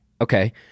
Okay